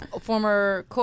former